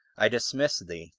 i dismiss thee,